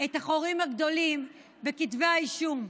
את החורים הגדולים בכתבי האישום.